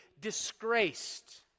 disgraced